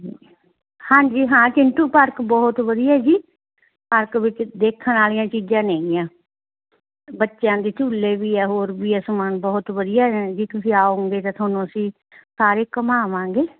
ਹਾਂਜੀ ਹਾਂ ਚਿੰਟੂ ਪਾਰਕ ਬਹੁਤ ਵਧੀਆ ਹੈਗੀ ਪਾਰਕ ਵਿੱਚ ਦੇਖਣ ਵਾਲੀਆਂ ਚੀਜ਼ਾਂ ਨੇਗੀਆਂ ਬੱਚਿਆਂ ਦੇ ਝੂਲੇ ਵੀ ਹੈ ਹੋਰ ਵੀ ਹੈ ਸਮਾਨ ਬਹੁਤ ਵਧੀਆ ਨੇ ਜੇ ਤੁਸੀਂ ਆਉਂਗੇ ਤਾਂ ਤੁਹਾਨੂੰ ਅਸੀਂ ਸਾਰੇ ਘੁਮਾਵਾਂਗੇ